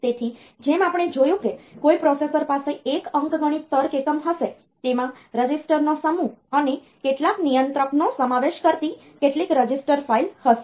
તેથી જેમ આપણે જોયું છે કે કોઈપણ પ્રોસેસર પાસે એક અંકગણિત તર્ક એકમ હશે તેમાં રજીસ્ટરનો સમૂહ અને કેટલાક નિયંત્રકનો સમાવેશ કરતી કેટલીક રજિસ્ટર ફાઇલ હશે